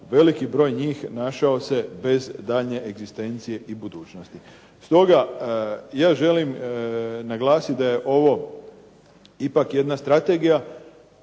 veliki broj njih našao se bez daljnje egzistencije i budućnosti? Stoga ja želim naglasiti da je ovo ipak jedna strategija